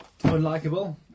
Unlikable